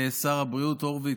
שר הבריאות הורוביץ,